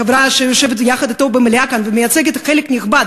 חברה שיושבת יחד אתו במליאה כאן ומייצגת חלק נכבד